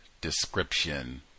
description